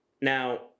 Now